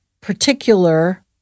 particular